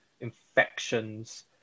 infections